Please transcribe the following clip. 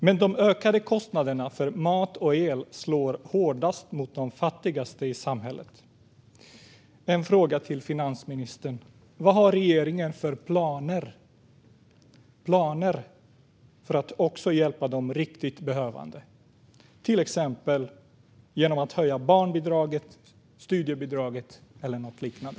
Men de ökade kostnaderna för mat och el slår hårdast mot de fattigaste i samhället. Vad har regeringen för planer, finansministern, för att också hjälpa de riktigt behövande till exempel genom att höja barnbidraget, studiebidraget eller något liknande?